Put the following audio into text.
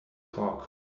talk